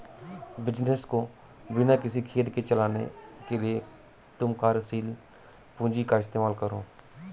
business को बिना किसी खेद के चलाने के लिए तुम कार्यशील पूंजी का इस्तेमाल करो